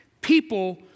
people